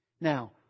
Now